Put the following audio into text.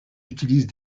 utilisent